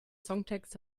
songtext